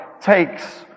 takes